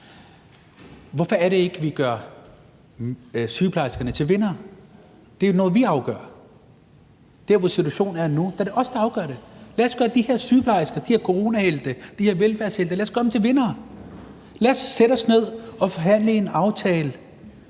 Hvorfor gør vi ikke sygeplejerskerne til vindere? Det er jo noget, vi afgør. Som situationen er nu, er det os, der afgør det. Lad os gøre de her sygeplejersker, de her coronahelte, de her velfærdshelte til vindere. Lad os sætte os ned og forhandle en aftale,